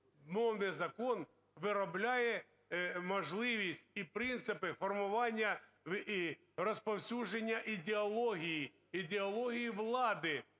мовний закон виробляє можливість і принципи формування і розповсюдження ідеології, ідеології влади,